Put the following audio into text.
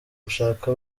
gushaka